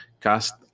cast